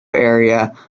area